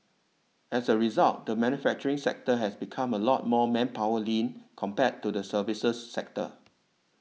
as a result the manufacturing sector has become a lot more manpower lean compared to the services sector